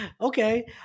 Okay